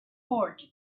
fort